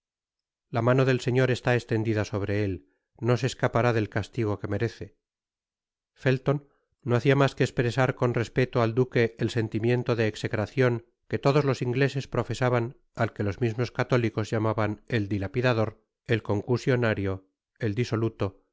la mano del señor está estendida sobre él no se escapará del castigo que merece felton no hacia mas que espresar con respeto al duque el sentimiento de execracion que todos los ingleses profesaban al que los mismos católicos llamaban el dilapidador el concusionario el disoluto